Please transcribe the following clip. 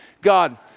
God